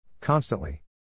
Constantly